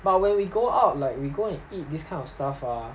but when we go out like we go and eat this kind of stuff ah